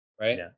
right